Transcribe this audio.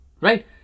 right